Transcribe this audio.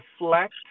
reflect